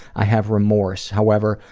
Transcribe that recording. i have remorse. however,